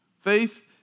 Faith